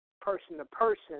person-to-person